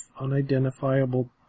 unidentifiable